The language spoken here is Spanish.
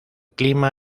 clima